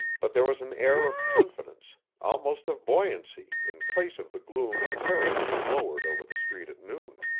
but there was an air of confidence, almost of buoyancy, in place of the gloom and terror that had lowered over the street at noon.